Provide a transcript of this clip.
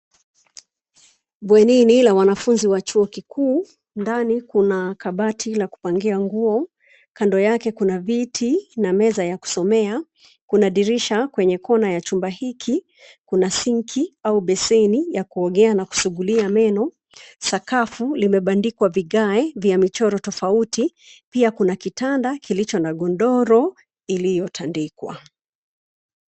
Bwenini la wanafunzi wa chuo kikuu, ndani kuna kabati la kupangia nguo kando yake kuna viti na meza ya kusomea , kuna dirisha kwenye kona ya chumba hiki, kuna sinki au besheni ya kuogea na kusugulia meno, sakafu limebandikwa vigae vya michoro tofauti pia kuna kitanda kilicho na godoro iliyotandikwa.